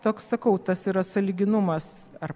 toks sakau tas yra sąlyginumas ar